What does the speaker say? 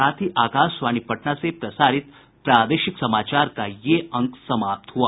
इसके साथ ही आकाशवाणी पटना से प्रसारित प्रादेशिक समाचार का ये अंक समाप्त हुआ